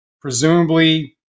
presumably